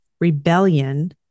rebellion